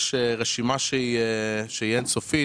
יש רשימה שהיא אין סופית.